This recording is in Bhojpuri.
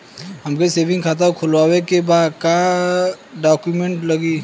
हमके सेविंग खाता खोलवावे के बा का डॉक्यूमेंट लागी?